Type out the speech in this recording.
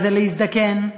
וזה להזדקן.